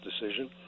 decision